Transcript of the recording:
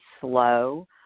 slow